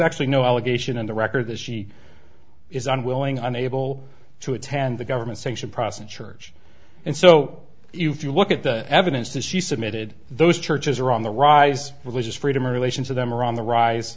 actually no allegation in the record that she is unwilling or unable to attend the government sanctioned process church and so if you look at the evidence that she submitted those churches are on the rise religious freedom relations of them are on the rise